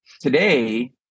Today